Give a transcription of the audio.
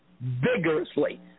vigorously